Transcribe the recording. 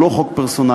הוא לא חוק פרסונלי.